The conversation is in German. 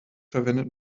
verwendet